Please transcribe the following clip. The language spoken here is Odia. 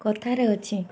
କଥାରେ ଅଛି